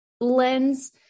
lens